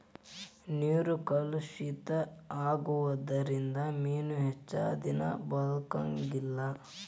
ನೇರ ಕಲುಷಿತ ಆಗುದರಿಂದ ಮೇನು ಹೆಚ್ಚದಿನಾ ಬದಕಂಗಿಲ್ಲಾ